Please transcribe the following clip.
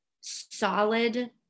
solid